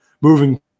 moving